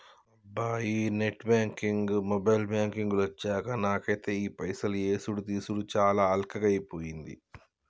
అబ్బా net banking mobile banking లు అచ్చాక నాకైతే ఈ పైసలు యేసుడు తీసాడు చాలా అల్కగైపోయింది